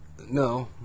No